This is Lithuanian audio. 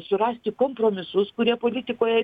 surasti kompromisus kurie politikoje